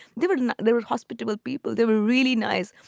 david, there was hospitable people. they were really nice.